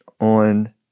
on